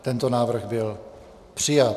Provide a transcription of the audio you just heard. Tento návrh byl přijat.